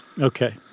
Okay